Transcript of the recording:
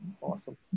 Awesome